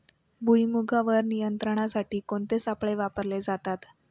भुईमुगावर नियंत्रणासाठी कोणते सापळे वापरले जातात?